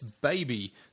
baby